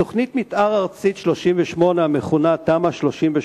תוכנית מיתאר ארצית 38, המכונה תמ"א 38,